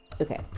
Okay